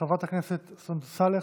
חברת הכנסת סונדוס סאלח,